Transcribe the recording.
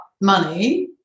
money